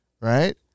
right